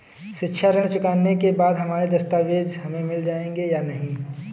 शिक्षा ऋण चुकाने के बाद हमारे दस्तावेज हमें मिल जाएंगे या नहीं?